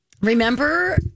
Remember